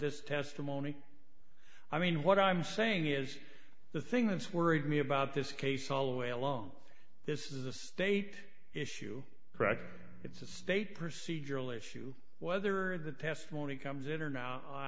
this testimony i mean what i'm saying is the thing that's worried me about this case all the way along this is a state issue correct it's a state procedural issue whether the testimony comes in or now